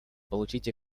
получить